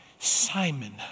Simon